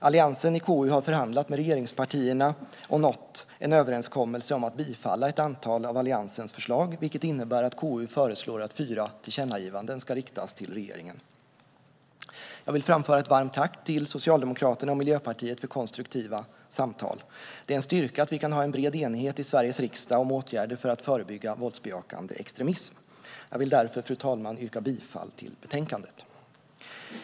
Alliansen i KU har förhandlat med regeringspartierna och nått en överenskommelse om att bifalla ett antal av Alliansens förslag, vilket innebär att KU föreslår att fyra tillkännagivanden ska riktas till regeringen. Jag vill framföra ett varmt tack till Socialdemokraterna och Miljöpartiet för konstruktiva samtal. Det är en styrka att vi kan ha en bred enighet i Sveriges riksdag om åtgärder för att förebygga våldsbejakande extremism. Jag vill därför, fru talman, yrka bifall till utskottets förslag i betänkandet.